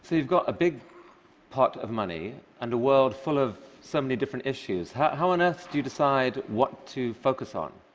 so, you've got a big pot of money and a world full of so many different issues. how how on earth do you decide what to focus on?